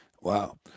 Wow